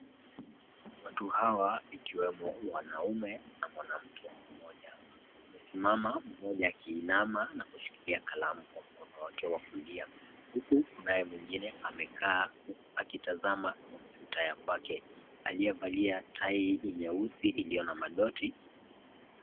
Watu Hawa ikiwemo mwanamke na mwanaume mmoja wamesimama mmoja akiinama na kushikilia kalamu kwenye mkono wake wa kulia huku kunaye mwengine amekaa akitazama kompyuta ya kwake, aliyevalia tai nyeusi iliyo na madoti .